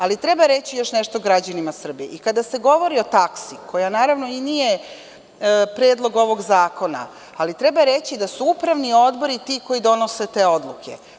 Ali, treba reći još nešto građanima Srbije i kada se govori o taksi koja naravno i nije predlog ovog zakona, ali treba reći da su upravni odbori ti koji donose te odluke.